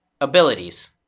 Abilities